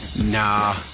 Nah